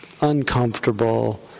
uncomfortable